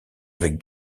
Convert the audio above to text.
avec